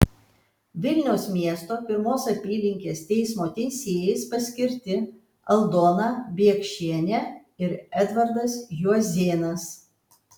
vilniaus miesto pirmos apylinkės teismo teisėjais paskirti aldona biekšienė ir edvardas juozėnas